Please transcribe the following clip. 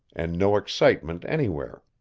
and no excitement anywhere.